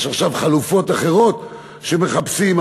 יש עכשיו חלופות אחרות שמחפשים,